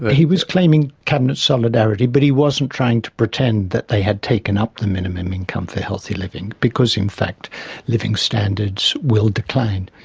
but he was claiming cabinet solidarity but he wasn't trying to pretend that they had taken up the minimum income for healthy living because in fact living standards will decline,